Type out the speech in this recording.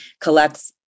collects